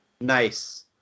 Nice